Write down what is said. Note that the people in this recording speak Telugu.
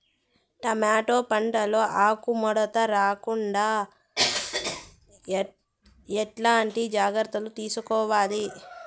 టమోటా పంట లో ఆకు ముడత రోగం రాకుండా ఎట్లాంటి జాగ్రత్తలు తీసుకోవాలి?